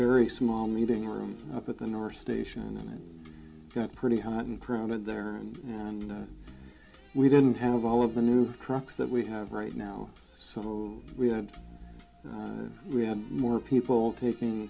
very small meeting room up at the north station and got pretty hot and crowded there and and we didn't have all of the new trucks that we have right now so we had we had more people taking